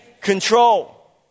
control